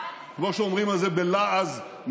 כמו שאומרים בלעז,